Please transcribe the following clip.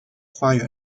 花园